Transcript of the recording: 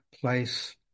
place